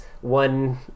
one